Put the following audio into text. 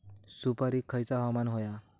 सुपरिक खयचा हवामान होया?